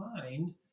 mind